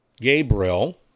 Gabriel